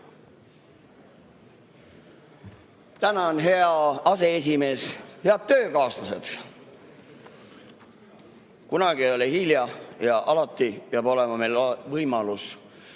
Tänan, hea aseesimees! Head töökaaslased! Kunagi ei ole hilja ja alati peab olema meil võimalus